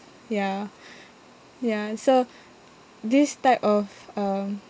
ya ya so this type of um